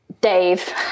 Dave